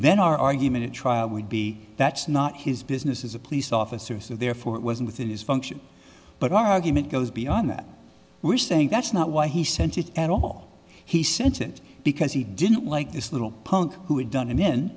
then our argument at trial would be that's not his business as a police officer so therefore it wasn't within his function but our argument goes beyond that we're saying that's not why he sent it at all he sent it because he didn't like this little punk who had done